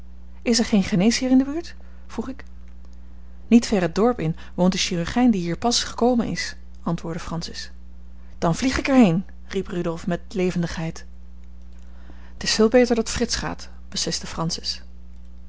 is er geen geneesheer in de buurt vroeg ik niet ver het dorp in woont de chirurgijn die hier pas gekomen is antwoordde francis dan vlieg ik er heen riep rudolf met levendigheid t is veel beter dat frits gaat besliste francis